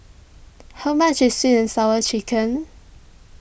how much is Sweet and Sour Chicken